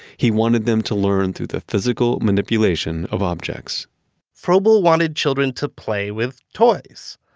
he wanted them to learn through the physical manipulation of objects froebel wanted children to play with toys,